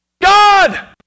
God